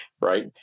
right